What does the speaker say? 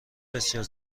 بسیار